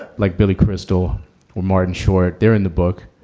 but like billy crystal or martin short. they're in the book.